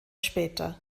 später